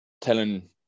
telling